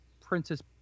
princess